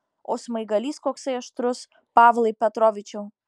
o smaigalys koksai aštrus pavlai petrovičiau